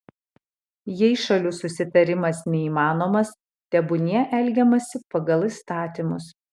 jei šalių susitarimas neįmanomas tebūnie elgiamasi pagal įstatymus